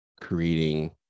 creating